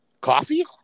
Coffee